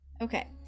Okay